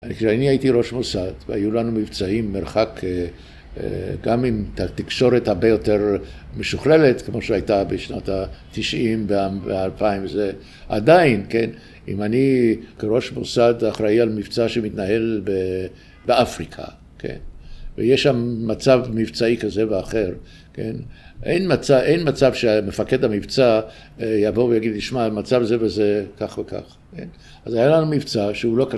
כשאני הייתי ראש מוסד, והיו לנו מבצעים מרחק גם אם התקשורת הרבה יותר משוכללת כמו שהייתה בשנות התשעים, באלפיים וזה עדיין, כן, אם אני כראש מוסד אחראי על מבצע שמתנהל באפריקה ויש שם מצב מבצעי כזה ואחר אין מצב שמפקד המבצע יבוא ויגיד, תשמע, מצב זה וזה, כך וכך אז היה לנו מבצע שהוא לא...